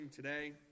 today